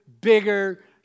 bigger